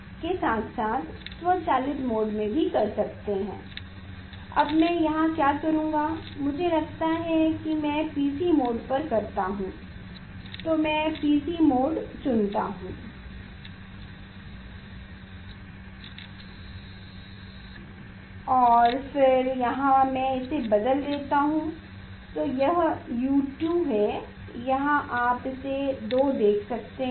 और फिर अगर मैं इसे बदल देता हूं तो यह U2 है यहां आप 20 देख सकते हैं